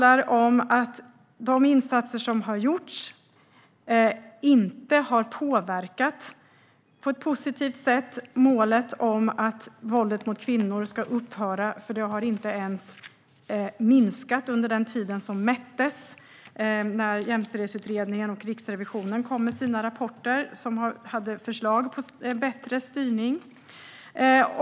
De insatser som har gjorts har inte på ett positivt sätt påverkat målet om att våldet mot kvinnor ska upphöra. Det har inte ens minskat under den tid som mättes när Jämställdhetsutredningen och Riksrevisionen lade fram sina rapporter med förslag på bättre styrning.